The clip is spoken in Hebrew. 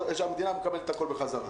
שהמדינה מקבלת הכול בחזרה.